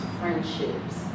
friendships